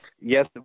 yes